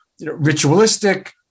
ritualistic